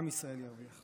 עם ישראל ירוויח.